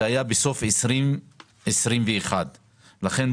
זה היה בסוף שנת 2021. לכן,